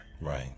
Right